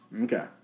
Okay